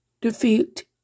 defeat